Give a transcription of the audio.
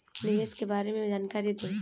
निवेश के बारे में जानकारी दें?